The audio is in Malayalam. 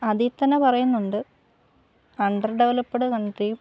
അതിൽ തന്നെ പറയുന്നുണ്ട് അണ്ടർ ഡെവലപ്പ്ഡ് കൺട്രിയും